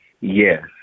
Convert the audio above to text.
Yes